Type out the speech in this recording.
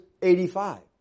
85